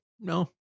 No